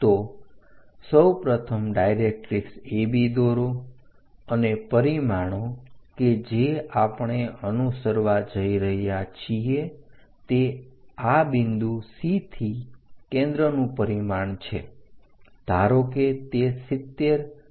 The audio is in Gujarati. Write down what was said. તો સૌપ્રથમ ડાયરેક્ટરીક્ષ AB દોરો અને પરિમાણો કે જે આપણે અનુસરવા જઈ રહ્યા છીએ તે આ બિંદુ C થી કેન્દ્રનું પરિમાણ છે